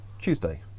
Tuesday